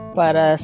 para